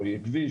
פה יהיה כביש,